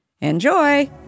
Enjoy